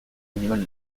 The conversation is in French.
animal